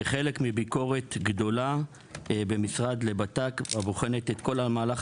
כחלק מביקורת גדולה במשרד לבט"פ הבוחנת את כל מהלך